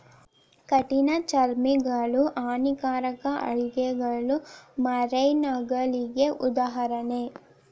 ಕಠಿಣ ಚರ್ಮಿಗಳು, ಹಾನಿಕಾರಕ ಆಲ್ಗೆಗಳು ಮರೈನಗಳಿಗೆ ಉದಾಹರಣೆ